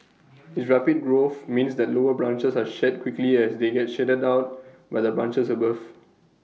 its rapid growth means that lower branches are shed quickly as they get shaded out by the branches above